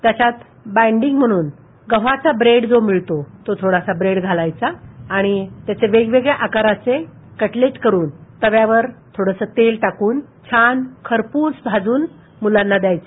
त्याच्यात बाईंडिंग म्हणून गव्हाचा ब्रेड जो मिळतो तो थोडसा ब्रेड घालायचा आणि त्याचे वेगवेगळ्या आकाराचे कटलेट करुन तव्यावर थोडसं तेल टाकून छान खरपूस भाजून मुलांना द्यायचे